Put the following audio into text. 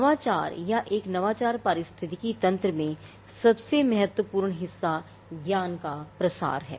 नवाचार या एक नवाचार पारिस्थितिकी तंत्र में सबसे महत्वपूर्ण हिस्सा ज्ञान का प्रसार है